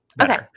Okay